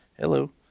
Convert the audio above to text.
Hello